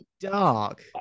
dark